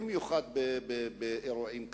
במיוחד באירועים כאלה.